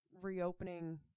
reopening